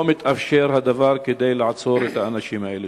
לא מתאפשר הדבר, כדי לעצור את האנשים האלה.